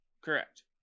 Correct